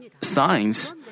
signs